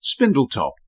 Spindletop